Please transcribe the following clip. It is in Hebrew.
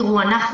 נכון.